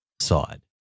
side